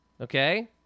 okay